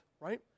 right